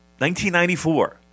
1994